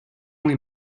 only